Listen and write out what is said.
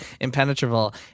impenetrable